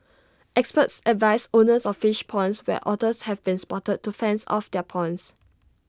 experts advise owners of fish ponds where otters have been spotted to fence off their ponds